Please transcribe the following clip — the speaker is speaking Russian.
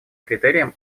критериям